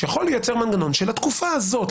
לייצר מנגנון של התקופה הזאת.